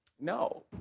No